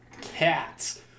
cats